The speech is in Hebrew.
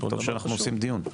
טוב שאנו עושים דיון.